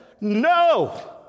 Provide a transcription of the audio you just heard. no